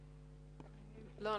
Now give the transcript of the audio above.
לא.